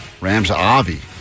Rams-Avi